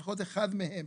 לפחות אחד מהם,